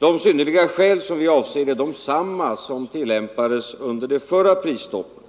De synnerliga skäl som vi avser är desamma som tillämpades under förra prisstoppet,